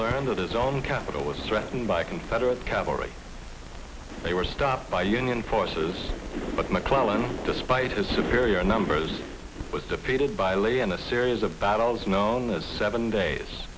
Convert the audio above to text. learned that his own capital was threatened by confederate cavalry they were stopped by union forces but mcclellan despite his superior numbers was defeated by a lay in a series of battles known as seven days